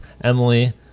Emily